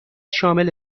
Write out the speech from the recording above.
شامل